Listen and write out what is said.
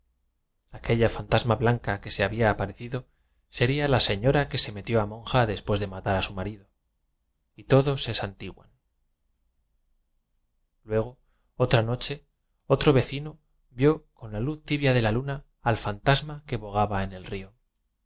aquella fantasma blanca que se había aparecido sería la señora que se metió a monja des pués de matar a su marido y todos se santiguan luego otra noche otro vecino vio con la luz tibia de la luna al fantas ma que bogaba en el río